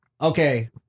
Okay